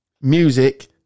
music